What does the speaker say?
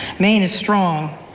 maine is strong,